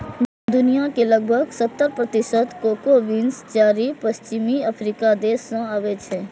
दुनिया के लगभग सत्तर प्रतिशत कोको बीन्स चारि पश्चिमी अफ्रीकी देश सं आबै छै